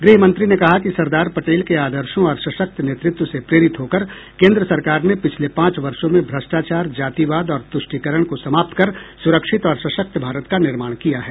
गृहमंत्री ने कहा कि सरदार पटेल के आदर्शों और सशक्त नेतृत्व से प्रेरित होकर केन्द्र सरकार ने पिछले पांच वर्षों में भ्रष्टाचार जातिवाद और तुष्टिकरण को समाप्त कर सुरक्षित और सशक्त भारत का निर्माण किया है